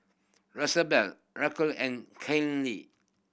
Rosabelle Raquel and Caylee